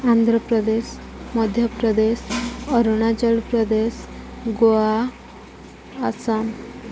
Andhra Pradesh Madhya Pradesh Arunachal Pradesh Goa Assam